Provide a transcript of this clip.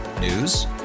News